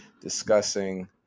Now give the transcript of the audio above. discussing